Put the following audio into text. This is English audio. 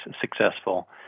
successful